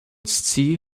scii